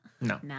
No